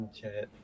chat